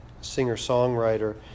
Singer-songwriter